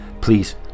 Please